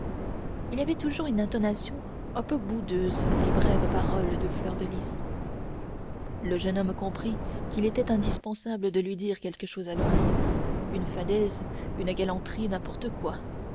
il y avait toujours une intonation un peu boudeuse dans les brèves paroles de fleur de lys le jeune homme comprit qu'il était indispensable de lui dire quelque chose à l'oreille une fadaise une galanterie n'importe quoi